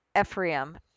Ephraim